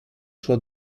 sua